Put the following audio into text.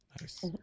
Nice